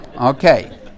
Okay